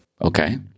Okay